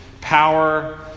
power